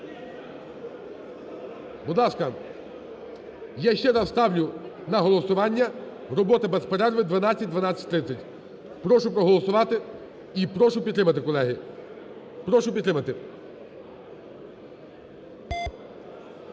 Будь ласка, я ще раз ставлю на голосування, робота без перерви 12-12:30. Прошу проголосувати. І прошу підтримати, колеги. Прошу підтримати.